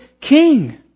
king